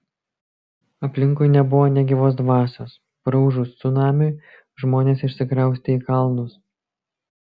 aplinkui nebuvo nė gyvos dvasios praūžus cunamiui žmonės išsikraustė į kalnus